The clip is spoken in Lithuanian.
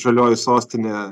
žalioji sostinė